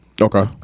Okay